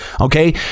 Okay